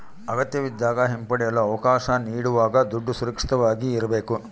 ಅಗತ್ಯವಿದ್ದಾಗ ಹಿಂಪಡೆಯಲು ಅವಕಾಶ ನೀಡುವಾಗ ದುಡ್ಡು ಸುರಕ್ಷಿತವಾಗಿ ಇರ್ಬೇಕು